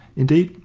indeed,